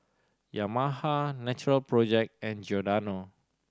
Yamaha Natural Project and Giordano